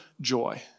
joy